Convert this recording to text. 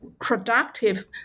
productive